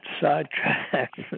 sidetracked